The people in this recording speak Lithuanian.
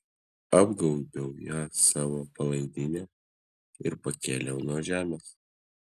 apgaubiau ją savo palaidine ir pakėliau nuo žemės